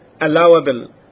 allowable